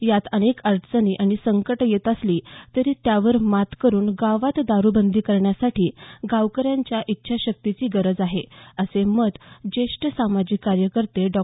यात अनेक अडचणी आणि संकटं येत असली तरी त्यावर मात करून गावात दारूबंदी करण्यासाठी गावकऱ्यांच्या इच्छाशक्तीची गरज आहे असं मत ज्येष्ठ सामाजिक कार्यकर्ते डॉ